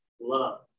love